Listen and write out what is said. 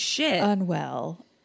unwell